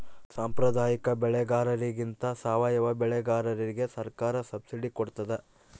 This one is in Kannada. ಸಾಂಪ್ರದಾಯಿಕ ಬೆಳೆಗಾರರಿಗಿಂತ ಸಾವಯವ ಬೆಳೆಗಾರರಿಗೆ ಸರ್ಕಾರ ಸಬ್ಸಿಡಿ ಕೊಡ್ತಡ